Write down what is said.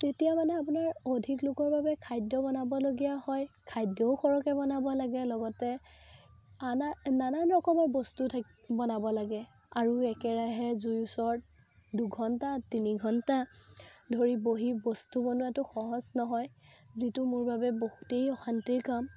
যেতিয়া মানে আপোনাৰ অধিক লোকৰ বাবে খাদ্য বনাবলগীয়া হয় খাদ্যও সৰহকে বনাব লাগে লগতে আনা নানা ৰকমৰ বস্তু থাক বনাব লাগে আৰু একেৰাহে জুইৰ ওচৰত দুঘণ্টা তিনি ঘণ্টা ধৰি বহি বস্তু বনোৱাটো সহজ নহয় যিটো মোৰ বাবে বহুতেই অশান্তিৰ কাম